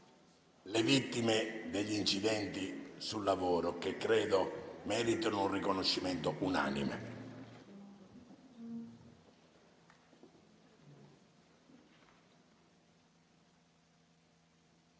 le vittime degli incidenti sul lavoro, che credo meritino un riconoscimento unanime.